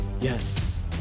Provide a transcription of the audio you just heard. Yes